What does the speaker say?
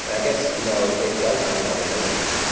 but i guess you know it does come down to measurement.